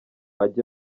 ajye